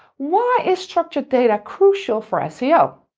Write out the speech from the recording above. why is structured data crucial for seo?